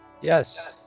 Yes